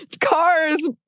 cars